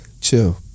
Chill